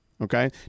Okay